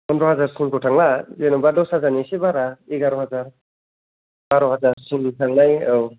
पन्द्र' हाजारसिम थ' थांला जेन'बा दस हाजारनि इसे बारा एगार' हाजार बार' हाजार सिमनि थांनाय अ